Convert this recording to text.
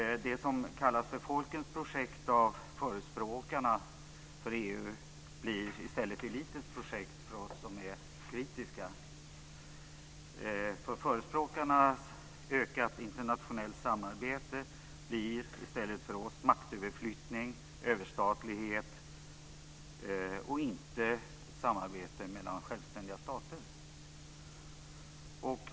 Det som kallas för folkens projekt av förespråkarna för EU blir i stället till elitens projekt för oss som är kritiska. Förespråkarnas ökat internationellt samarbete blir för oss maktöverflyttning, överstatlighet och inte ett samarbete mellan självständiga stater.